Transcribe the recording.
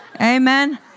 Amen